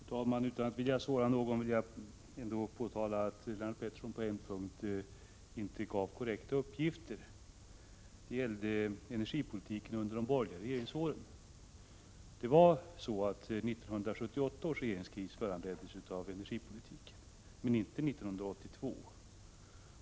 Herr talman! Utan att vilja såra någon vill jag ändå påtala att Lennart Pettersson på en punkt inte gav korrekta uppgifter. Det gällde energipolitiken under de borgerliga regeringsåren. 1978 års regeringskris föranleddes av energipolitiken — men inte 1982 års.